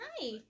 Hi